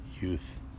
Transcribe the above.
youth